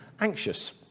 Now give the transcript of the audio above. anxious